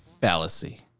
fallacy